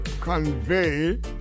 convey